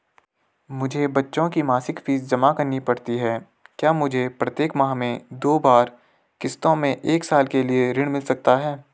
मुझे बच्चों की मासिक फीस जमा करनी पड़ती है क्या मुझे प्रत्येक माह में दो बार किश्तों में एक साल के लिए ऋण मिल सकता है?